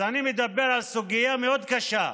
אני מדבר על סוגיה מאוד קשה.